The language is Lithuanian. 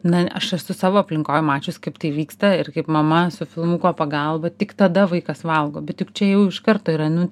na aš esu savo aplinkoj mačius kaip tai vyksta ir kaip mama su filmuko pagalba tik tada vaikas valgo bet juk čia jau iš karto yra nu